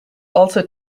also